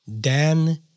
dan